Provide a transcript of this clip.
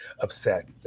upset